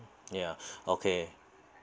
ya okay